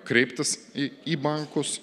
kreiptis į į bankus